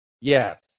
Yes